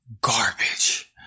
garbage